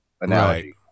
analogy